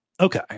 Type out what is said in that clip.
Okay